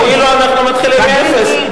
כאילו אנחנו מתחילים מאפס.